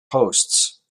hosts